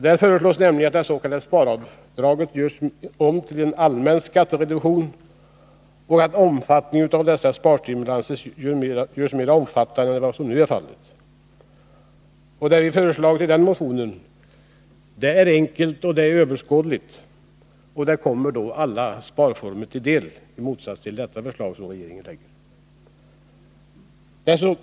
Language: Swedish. Där föreslås nämligen att det s.k. sparavdraget görs om till en allmän skattereduktion och att omfattningen av dessa sparstimulanser görs mer omfattande än vad som nu är fallet. Det vi föreslagit i den motionen är — i motsats till vad regeringen föreslagit i propositionen — enkelt och överskådligt och kommer alla sparformer till del.